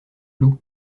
loup